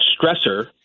stressor